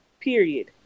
Period